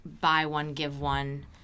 buy-one-give-one